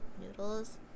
noodles